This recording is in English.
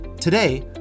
Today